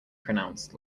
pronounced